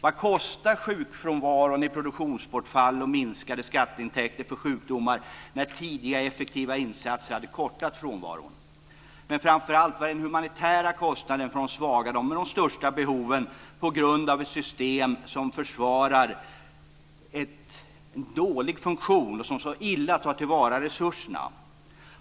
Vad kostar sjukfrånvaron i produktionsbortfall och minskade skatteintäkter när tidiga effektiva insatser hade kortat frånvaron? Men framför allt: Vad är den humanitära kostnaden för de svaga, dem med de största behoven, på grund av ett system som försvarar en dålig funktion och som så illa tar till vara resurserna?